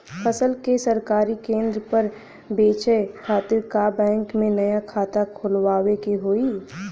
फसल के सरकारी केंद्र पर बेचय खातिर का बैंक में नया खाता खोलवावे के होई?